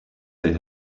they